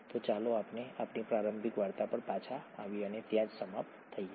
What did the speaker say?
તો ચાલો આપણે આપણી પ્રારંભિક વાર્તા પર પાછા આવીએ અને ત્યાં જ સમાપ્ત થઈએ